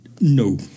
No